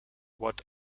what